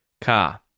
car